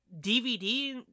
DVD